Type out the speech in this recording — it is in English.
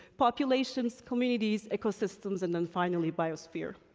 populations, communities, ecosystems, and then finally, biosphere.